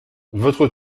votre